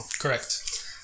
Correct